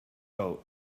coat